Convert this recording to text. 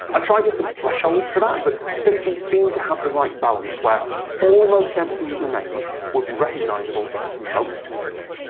i tried different thresholds for that, but fifty seemed to have the right balance where almost everything that remained would be recognisable to most people.